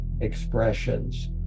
expressions